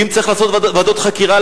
אם צריך לעשות ועדות חקירה,